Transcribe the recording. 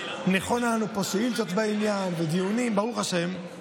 נכונות לנו שאילתות בעניין ודיונים, ברוך השם,